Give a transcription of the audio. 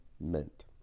meant